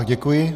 Děkuji.